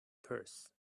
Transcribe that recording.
purse